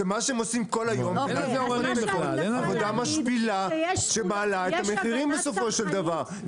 שמה שהם עושים כל היום זה עבודה משפילה שמעלה את המחירים בסופו של דבר.